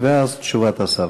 ואז תשובת השר.